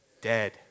Dead